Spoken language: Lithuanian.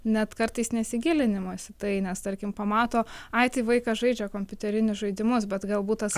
net kartais nesigilinimas į tai nes tarkim pamato ai tai vaikas žaidžia kompiuterinius žaidimus bet galbūt tas